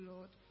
Lord